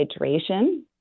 hydration